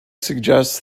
suggests